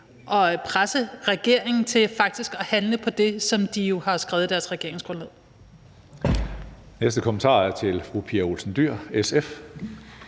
at presse regeringen til faktisk at handle på det, som de jo har skrevet i deres regeringsgrundlag.